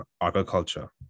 agriculture